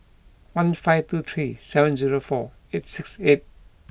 one five two three seven zero four eight six eight